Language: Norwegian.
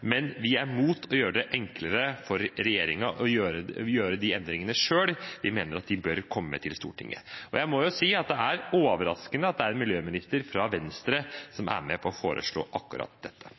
Men vi er mot å gjøre det enklere for regjeringen å gjøre de endringene selv. Vi mener at de bør komme til Stortinget. Jeg må si at det er overraskende at det er en miljøminister fra Venstre som er med på å foreslå akkurat dette.